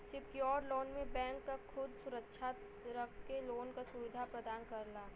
secured loan में bank खुद क सुरक्षित रख के लोन क सुविधा प्रदान करला